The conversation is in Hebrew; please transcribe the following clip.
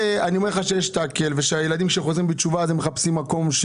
אני אומר לך שיש תאקל ושהילדים שחוזרים בתשובה מחפשים מקום,